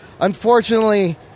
Unfortunately